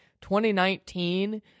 2019